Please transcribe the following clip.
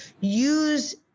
use